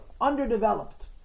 underdeveloped